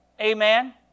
Amen